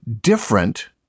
different